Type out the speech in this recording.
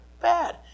Bad